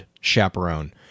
Chaperone